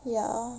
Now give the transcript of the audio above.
ya